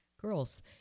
Girls